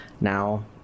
now